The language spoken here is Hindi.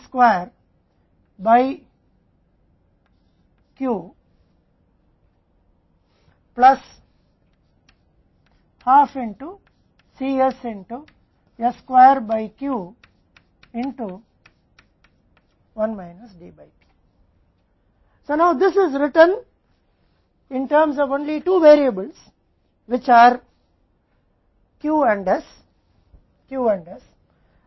तब हमारे पास एक लंबी व्युत्पत्ति होती है जिसे तब किया जा सकता है जब हम इसे आंशिक रूप से s के संबंध में भिन्न करते हैं और इसे 0 पर सेट करते हैं